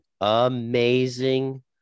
amazing